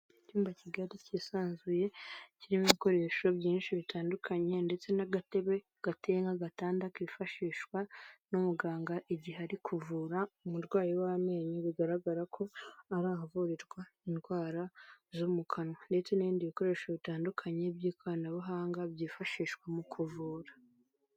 Icyumba kigali cyisanzuye, kirimo ibikoresho byinshi bitandukanye, ndetse n'agatebe gateye nk'agatanda kifashishwa n'umuganga igihe ari kuvura umurwayi w'amenyo, bigaragara ko ari ahavurirwa indwara zo mu kanwa, ndetse n'ibindi bikoresho bitandukanye by'ikoranabuhanga byifashishwa mu kuvura.